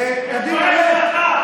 אתה גזען.